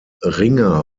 ringer